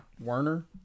Werner